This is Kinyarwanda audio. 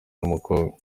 n’umukobwa